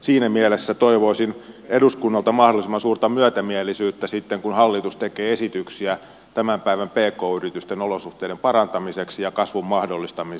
siinä mielessä toivoisin eduskunnalta mahdollisimman suurta myötämielisyyttä sitten kun hallitus tekee esityksiä tämän päivän pk yritysten olosuhteiden parantamiseksi ja kasvun mahdollistamiseksi